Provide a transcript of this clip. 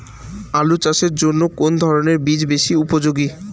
আলু চাষের জন্য কোন ধরণের বীজ বেশি উপযোগী?